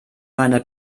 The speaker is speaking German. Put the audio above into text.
meiner